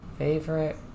Favorite